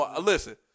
Listen